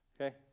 okay